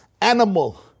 animal